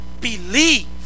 believe